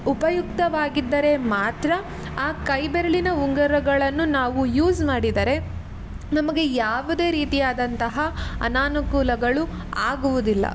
ಉಪಯುಕ್ತವಾಗಿದ್ದರೆ ಮಾತ್ರ ಆ ಕೈ ಬೆರಳಿನ ಉಂಗುರಗಳನ್ನು ನಾವು ಯೂಸ್ ಮಾಡಿದರೆ ನಮಗೆ ಯಾವುದೇ ರೀತಿಯಾದಂತಹ ಅನಾನುಕೂಲಗಳು ಆಗುವುದಿಲ್ಲ